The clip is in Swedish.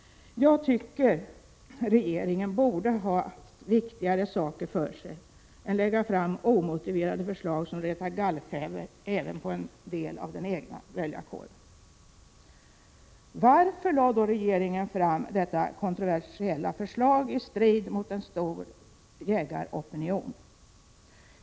Jag tycker att regeringen borde ha viktigare saker för sig än att lägga fram omotiverade förslag, som retar gallfeber även på en del av den egna väljarkåren. Varför lade då regeringen fram detta kontroversiella förslag i strid mot en stor jägaropinion?